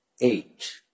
eight